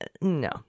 No